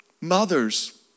Mothers